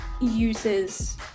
uses